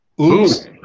Oops